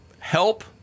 help